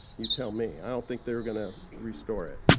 you tell me. i don't think they were going to restore it.